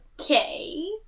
Okay